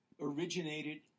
originated